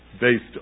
based